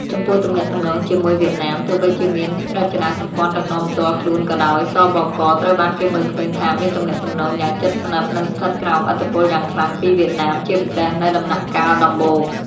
ចំពោះទំនាក់ទំនងជាមួយវៀតណាម ទោះបីជាមានរចនាសម្ព័ន្ធដឹកនាំផ្ទាល់ខ្លួនក៏ដោយ ស.ប.ក. ត្រូវបានគេមើលឃើញថាមានទំនាក់ទំនងយ៉ាងជិតស្និទ្ធ និងស្ថិតក្រោមឥទ្ធិពលយ៉ាងខ្លាំងពីវៀតណាម ជាពិសេសនៅដំណាក់កាលដំបូង ។